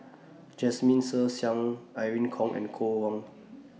Jasmine Ser Xiang Wei Irene Khong and Koh Hong